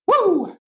Woo